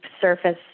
surface